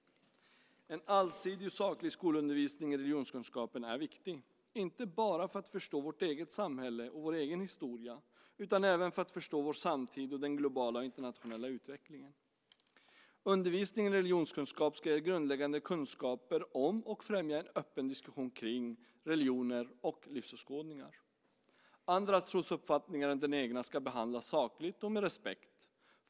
En allsidig och saklig skolundervisning i religionskunskap är viktig - inte bara för att förstå vårt eget samhälle och vår egen historia, utan även för att förstå vår samtid och den globala och internationella utvecklingen. Undervisningen i religionskunskap ska ge grundläggande kunskaper om och främja en öppen diskussion kring religioner och livsåskådningar. Andra trosuppfattningar än den egna ska behandlas sakligt och med respekt.